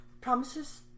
promises